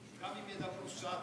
גם אם ידברו שעה,